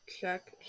check